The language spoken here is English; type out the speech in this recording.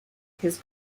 his